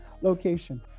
location